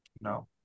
No